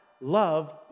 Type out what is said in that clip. love